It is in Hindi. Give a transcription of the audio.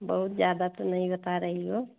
बहुत ज़्यादा तो नहीं बता रही हो